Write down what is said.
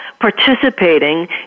participating